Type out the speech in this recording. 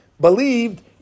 believed